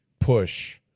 push